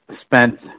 spent